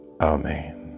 Amen